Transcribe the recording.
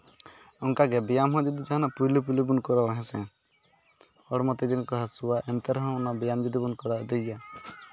ᱚᱱᱠᱟᱜᱮ ᱵᱮᱭᱟᱢ ᱦᱚᱸ ᱡᱩᱫᱤ ᱡᱟᱦᱟᱱᱟᱜ ᱯᱳᱭᱞᱳ ᱯᱳᱭᱞᱳ ᱵᱚᱱ ᱠᱚᱨᱟᱣᱟ ᱦᱮᱸᱥᱮ ᱦᱚᱲᱢᱚ ᱛᱤ ᱡᱟᱸᱜᱟ ᱠᱚ ᱦᱟᱹᱥᱩᱣᱟ ᱮᱱᱛᱮ ᱨᱮᱦᱚᱸ ᱚᱱᱟ ᱵᱮᱭᱟᱢ ᱡᱩᱫᱤ ᱵᱚᱱ ᱠᱚᱨᱟᱣ ᱤᱫᱤ ᱜᱮᱭᱟ